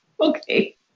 Okay